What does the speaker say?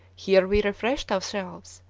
here we refreshed ourselves,